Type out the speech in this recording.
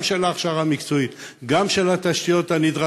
גם להכשרה המקצועית,